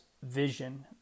vision